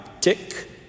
Tick